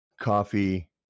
coffee